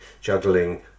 juggling